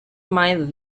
mind